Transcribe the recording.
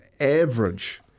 average